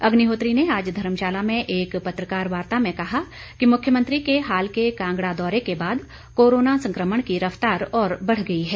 अग्निहोत्री ने आज धर्मशाला में एक पत्रकार वार्ता में कहा कि मुख्यमंत्री के हाल के कांगड़ा दौरे के बाद कोरोना संक्रमण की रफ़्तार और बढ़ गई है